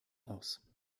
aus